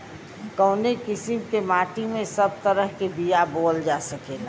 कवने किसीम के माटी में सब तरह के बिया बोवल जा सकेला?